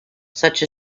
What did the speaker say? such